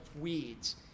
weeds